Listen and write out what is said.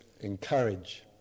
encourage